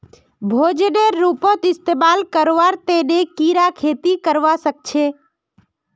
भोजनेर रूपत इस्तमाल करवार तने कीरा खेती करवा सख छे